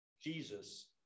Jesus